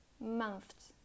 months